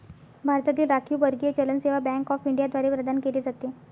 भारतातील राखीव परकीय चलन सेवा बँक ऑफ इंडिया द्वारे प्रदान केले जाते